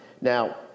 Now